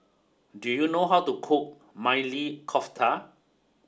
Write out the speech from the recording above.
do you know how to cook Maili Kofta